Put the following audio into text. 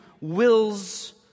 wills